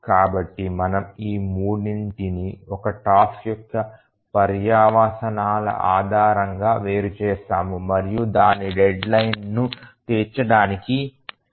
కాబట్టి మనము ఈ మూడింటిని ఒక టాస్క్ యొక్క పర్యవసానాల ఆధారంగా వేరు చేస్తాము మరియు దాని డెడ్ లైన్ ను తీర్చడానికి ప్రమాణాల పై కాదు